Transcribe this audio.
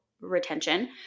retention